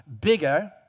bigger